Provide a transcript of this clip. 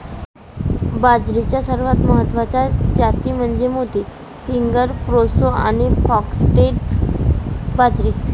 बाजरीच्या सर्वात महत्वाच्या जाती म्हणजे मोती, फिंगर, प्रोसो आणि फॉक्सटेल बाजरी